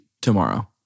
tomorrow